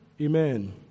Amen